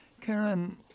Karen